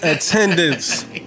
Attendance